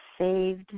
saved